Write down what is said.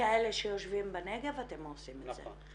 וכאלה שיושבים בנגב, אתם עושים את זה.